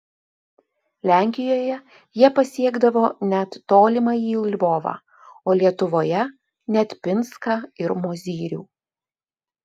lenkijoje jie pasiekdavo net tolimąjį lvovą o lietuvoje net pinską ir mozyrių